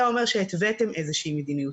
אתה אומר שהתוויתם איזושהי מדיניות.